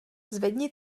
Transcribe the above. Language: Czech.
zvedni